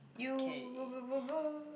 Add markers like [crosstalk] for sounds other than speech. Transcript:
you [noise]